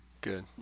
Good